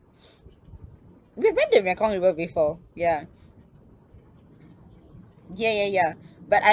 we've been to mekong river before ya ya ya ya but I